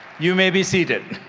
you may be seated.